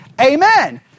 amen